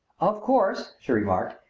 of course, she remarked,